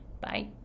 bye